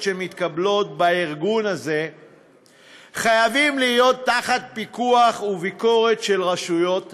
שמתקבלות בארגון הזה חייבים להיות תחת פיקוח וביקורת של רשויות המדינה.